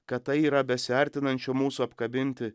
kad tai yra besiartinančio mūsų apkabinti